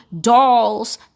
dolls